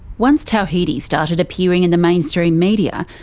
once tawhidi started appearing in the mainstream media,